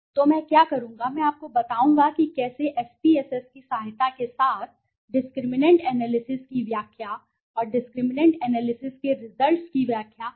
तो मैं क्या करूंगा मैं आपको बताऊंगा कि कैसे SPSS की सहायता के साथ डिस्क्रिमिनैंट एनालिसिस की व्याख्या और डिस्क्रिमिनैंट एनालिसिस के रिजल्ट्स की व्याख्या कैसे करे